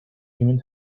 human